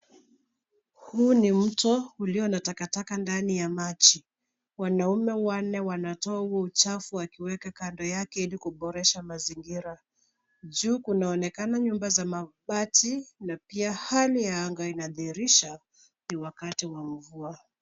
Huu ni mto ulio na takataka ndani ya maji. Wanaume wanne wanatoa huo uchafu wakiweka kando yake ili kuboresha mazingira. Juu kunaonekana nyumba za mabati na pia hali ya anga inaadhirisha ni wakati wa mvua.